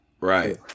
right